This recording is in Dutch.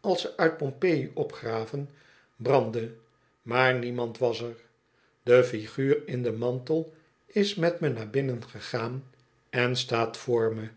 als ze uit pompei opgraven brandde maar niemand was er mantel is met me naar staat voor me